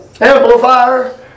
amplifier